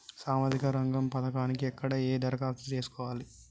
సామాజిక రంగం పథకానికి ఎక్కడ ఎలా దరఖాస్తు చేసుకోవాలి?